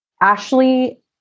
Ashley